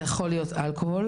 זה יכול להיות אלכוהול,